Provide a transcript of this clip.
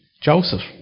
Joseph